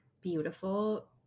beautiful